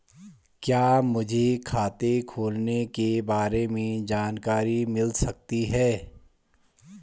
क्या मुझे खाते खोलने के बारे में जानकारी मिल सकती है?